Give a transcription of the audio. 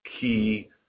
key